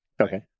Okay